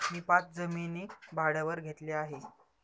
मी पाच जमिनी भाड्यावर घेतल्या आहे